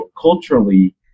Culturally